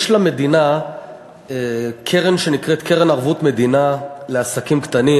יש למדינה קרן שנקראת קרן הלוואות לעסקים קטנים